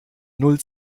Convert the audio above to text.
null